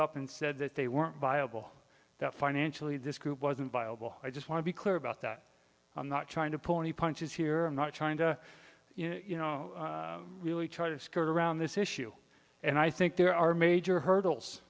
up and said that they weren't viable that financially this group wasn't viable i just want to be clear about that i'm not trying to pull any punches here i'm not trying to really try to skirt around this issue and i think there are major hurdles